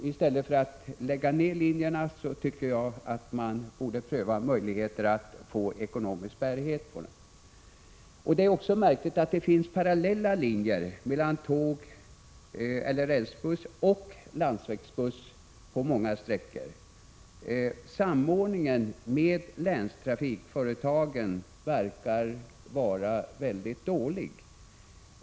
I stället för att lägga ned linjer borde man, tycker jag, pröva möjligheterna att få ekonomisk bärighet på dem. Det är också märkligt att det finns parallella linjer — tåg eller rälsbuss och landsvägsbuss — på många sträckor. Samordningen med länstrafikföretagen verkar vara mycket dålig.